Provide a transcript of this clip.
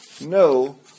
No